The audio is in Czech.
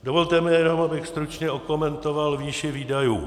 Dovolte mi jenom, abych stručně okomentoval výši výdajů.